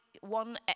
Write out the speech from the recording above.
One